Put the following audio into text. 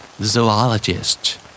Zoologist